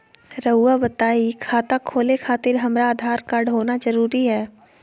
रउआ बताई खाता खोले खातिर हमरा आधार कार्ड होना जरूरी है?